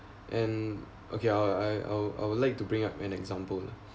and okay I I'll I would like to bring up an example